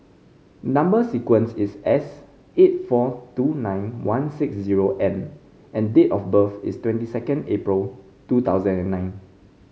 number sequence is S eight four two nine one six zero N and date of birth is twenty two April two thousand and nine